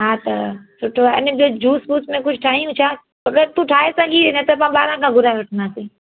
हा त सुठो आहे न त जूस वूस में कुझु ठाहियूं छा अगरि तूं ठाहे सघीं न त मां ॿाहिरा खां घुराए वठंदासीं